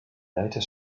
later